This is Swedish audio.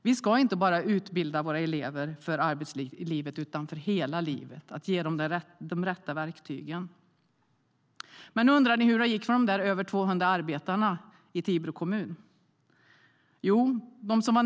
Vi ska inte bara utbilda våra elever för arbetslivet utan för hela livet och ge dem de rätta verktygen. Nu kanske ni undrar hur det gick för de över 200 arbetarna på fabriken i Tibro kommun.